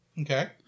Okay